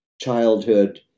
childhood